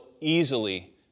easily